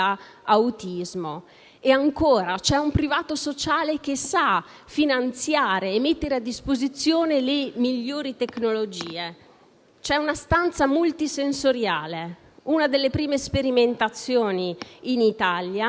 inoltre un privato sociale che sa finanziare e mettere a disposizione le migliori tecnologie. C'è una stanza multisensoriale, una delle prime sperimentazioni in Italia,